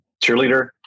cheerleader